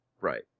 right